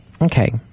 okay